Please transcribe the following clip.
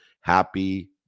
Happy